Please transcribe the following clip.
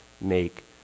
make